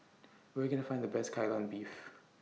Where Can I Find The Best Kai Lan Beef